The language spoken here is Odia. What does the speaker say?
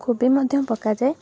କୋବି ମଧ୍ୟ ପକାଯାଏ